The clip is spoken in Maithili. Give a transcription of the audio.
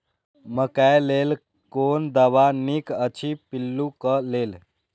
मकैय लेल कोन दवा निक अछि पिल्लू क लेल?